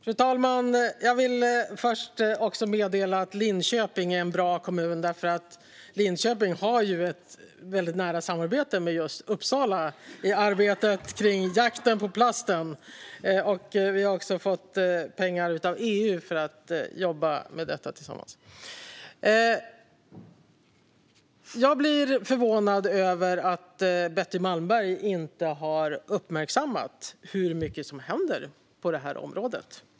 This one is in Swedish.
Fru talman! Jag vill först meddela att även Linköping är en bra kommun. Linköping har nämligen ett väldigt nära samarbete med just Uppsala i jakten på plasten. Vi har också fått pengar av EU för att jobba med detta tillsammans. Jag blir förvånad över att Betty Malmberg inte har uppmärksammat hur mycket som händer på det här området.